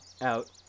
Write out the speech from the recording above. out